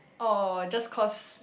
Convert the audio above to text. oh just cause